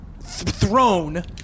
throne